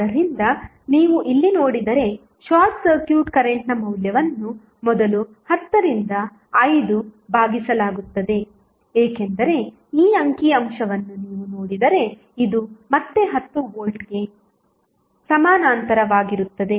ಆದ್ದರಿಂದ ನೀವು ಇಲ್ಲಿ ನೋಡಿದರೆ ಶಾರ್ಟ್ ಸರ್ಕ್ಯೂಟ್ ಕರೆಂಟ್ನ ಮೌಲ್ಯವನ್ನು ಮೊದಲ 10 ರಿಂದ 5 ಭಾಗಿಸಲಾಗುತ್ತದೆ ಏಕೆಂದರೆ ಈ ಅಂಕಿ ಅಂಶವನ್ನು ನೀವು ನೋಡಿದರೆ ಇದು ಮತ್ತೆ 10 ವೋಲ್ಟ್ಗೆ ಸಮಾನಾಂತರವಾಗಿರುತ್ತದೆ